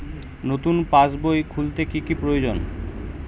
নতুন পাশবই খুলতে কি কি প্রয়োজন?